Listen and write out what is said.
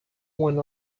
one